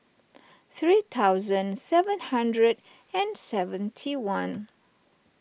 three thousand seven hundred and seventy one